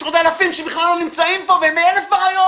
יש עוד אלפים שבכלל לא נמצאים פה והם עם אלף בעיות.